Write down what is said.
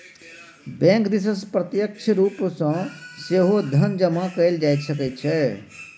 bank दिससँ प्रत्यक्ष रूप सँ सेहो धन जमा कएल जा सकैत छै